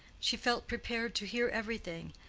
she felt prepared to hear everything,